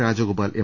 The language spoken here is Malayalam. രാജഗോപാൽ എം